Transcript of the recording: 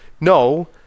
no